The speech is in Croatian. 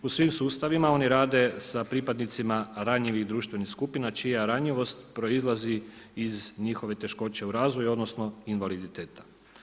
U svim sustavima oni rade sa pripadnicima ranjivih društvenih skupina čija ranjivost proizlazi iz njihove teškoće u razvoju odnosno invaliditeta.